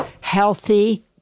healthy